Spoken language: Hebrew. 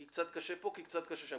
כי קצת קשה פה וקצת קשה שם.